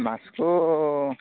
ମାସକୁ